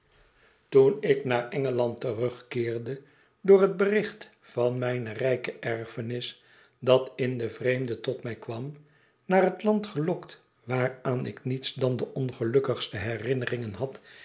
itoen ik naar engeland terugkeerde door het bericht van mijne rijke erfenis dat in den vreemde tot mij kwam naar het land gelokt waaraan ik niets dan de ongelukkigste herinneringen had